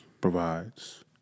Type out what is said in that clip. provides